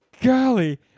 golly